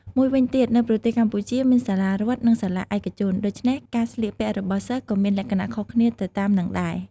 មួយវិញទៀត នៅប្រទេសកម្ពុជាមានសាលារដ្ឋ និងសាលាឯកជន ដូច្នេះការស្លៀកពាក់របស់សិស្សក៏មានលក្ខណៈខុសគ្នាទៅតាមនឹងដែរ។